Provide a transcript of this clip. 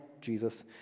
Jesus